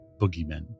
boogeymen